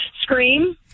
Scream